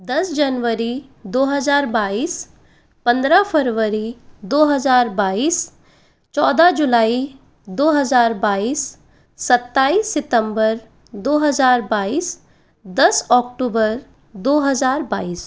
दस जनवरी दो हज़ार बाईस पंद्रह फ़रवरी दो हज़ार बाईस चौदह जुलाई दो हज़ार बाईस सत्ताईस सितम्बर दो हज़ार बाईस दस अक्टूबर दो हज़ार बाईस